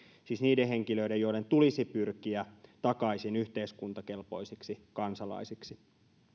siis niiden henkilöiden joiden tulisi pyrkiä takaisin yhteiskuntakelpoisiksi kansalaisiksi